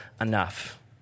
enough